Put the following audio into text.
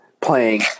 playing